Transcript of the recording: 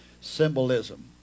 symbolism